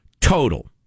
total